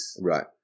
Right